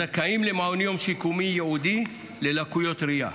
הזכאים למעון יום שיקומי ייעודי ללקויות ראייה,